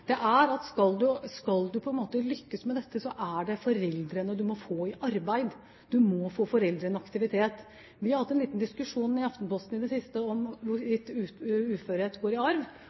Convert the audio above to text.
Skal man lykkes med dette, er det foreldrene man må få i arbeid, foreldrene man må få i aktivitet. Vi har hatt en liten diskusjon i Aftenposten i det siste om hvorvidt uførhet går i arv. At uførhet går i arv,